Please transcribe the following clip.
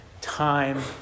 time